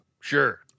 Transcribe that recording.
Sure